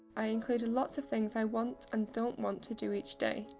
i included lots of things i want and don't want to do each day.